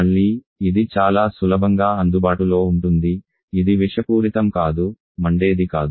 మళ్ళీ ఇది చాలా సులభంగా అందుబాటులో ఉంటుంది ఇది విషపూరితం కాదు మండేది కాదు